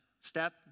Step